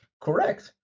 Correct